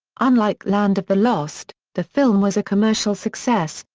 unlike land of the lost, the film was a commercial success,